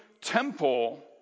temple